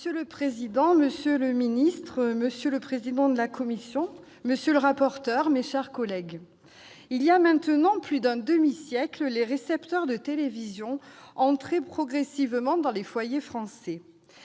Monsieur le président, monsieur le ministre, monsieur le rapporteur, mes chers collègues, il y a maintenant plus d'un demi-siècle, les récepteurs de télévision entraient progressivement dans les foyers français.